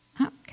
Okay